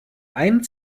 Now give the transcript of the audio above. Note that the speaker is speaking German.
ein